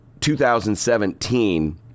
2017